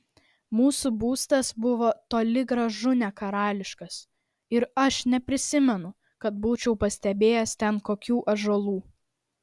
mūsų būstas buvo toli gražu ne karališkas ir aš neprisimenu kad būčiau pastebėjęs ten kokių ąžuolų